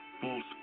false